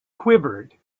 quivered